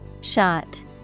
Shot